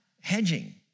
hedging